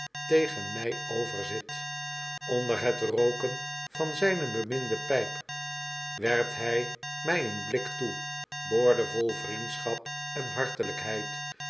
tegen my over zit onder het rooken van zyne beminde pyp werpt h my een blik toe boordevol vriendschap en hartelykheid